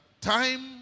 time